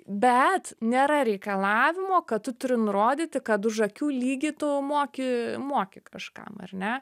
bet nėra reikalavimo kad tu turi nurodyti kad už akių lygį tu moki moki kažkam ar ne